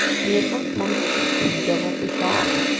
and yet what monsters these devilfish are,